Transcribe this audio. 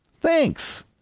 thanks